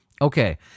okay